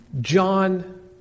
John